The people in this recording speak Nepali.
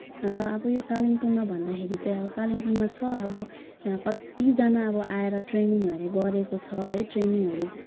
र अब यो कालिम्पोङमा भन्दाखेरि चाहिँ कालिम्पोङमा छ अब यहाँ कतिजना अब आएर ट्रेनिङहरू गरेको छ है ट्रेनिङहरू